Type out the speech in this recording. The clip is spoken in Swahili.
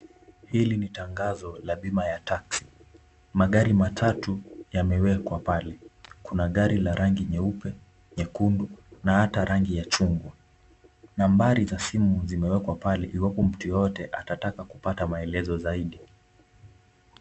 Hili ni tangazo la bima ya taksi. Magari matatu yamewekwa pale. Kuna gari la rangi nyeupe, nyekundu na hata rangi ya chungwa. Nambari za simu simewekwa pale iwapo mtu yeyote atataka kupata maelezo zaidi.